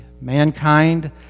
Mankind